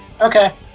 Okay